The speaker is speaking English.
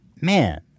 Man